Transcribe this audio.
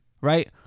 right